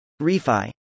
ReFi